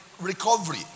recovery